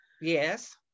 Yes